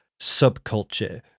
subculture